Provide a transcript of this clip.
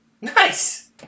Nice